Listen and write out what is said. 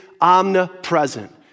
omnipresent